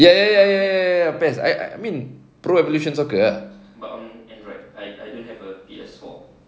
ya ya ya best I mean pro evolutions soccer ah